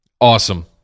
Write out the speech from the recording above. Awesome